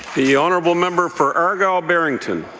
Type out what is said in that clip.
the honourable member for argue guile barrington?